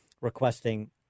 requesting